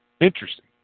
Interesting